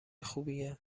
خوبیه